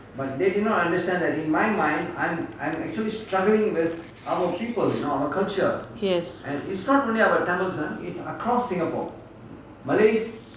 yes